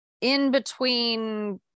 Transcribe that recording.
in-between